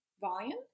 volume